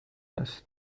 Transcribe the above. است